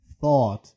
thought